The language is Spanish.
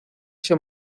ese